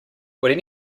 would